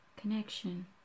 connection